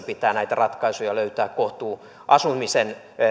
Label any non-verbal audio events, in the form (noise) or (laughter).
(unintelligible) pitää näitä ratkaisuja löytää asumisen